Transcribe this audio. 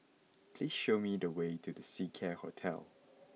please show me the way to The Seacare Hotel